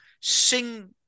sing